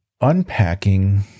unpacking